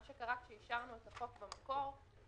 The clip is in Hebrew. מה שקרה - כשאישרנו את החוק במקור חששנו